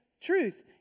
truth